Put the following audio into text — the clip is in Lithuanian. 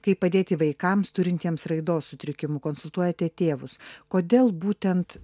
kaip padėti vaikams turintiems raidos sutrikimų konsultuojate tėvus kodėl būtent